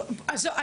עזוב,